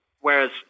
whereas